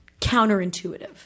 counterintuitive